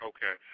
Okay